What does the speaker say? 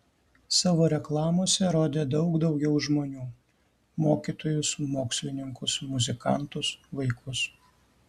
savo reklamose rodė daug daugiau žmonių mokytojus mokslininkus muzikantus vaikus